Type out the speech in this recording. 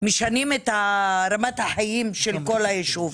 משנים את רמת החיים של כל היישוב.